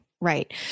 Right